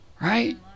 Right